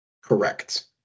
Correct